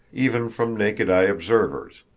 even from naked-eye observers,